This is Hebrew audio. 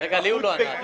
לא קיבלת רשות לשאול.